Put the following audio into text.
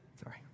sorry